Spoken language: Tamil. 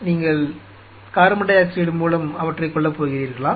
நீங்கள் கார்பன் டை ஆக்சைடு மூலம் அவற்றைக் கொல்லப் போகிறீர்களா